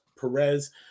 perez